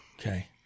Okay